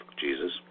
Jesus